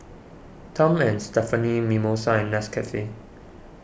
Tom and Stephanie Mimosa and Nescafe